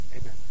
Amen